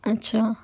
اچھا